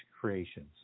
creations